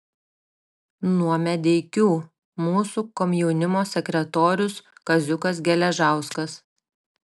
nuo medeikių mūsų komjaunimo sekretorius kaziukas geležauskas